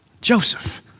Joseph